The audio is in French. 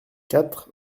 quatre